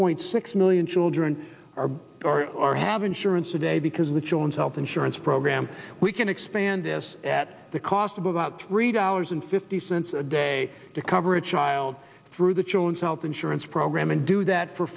point six million children are or are have insurance today because with joan's health insurance program we can expand this at the cost of about three dollars and fifty cents a day to cover a child through the children's health insurance program and do that for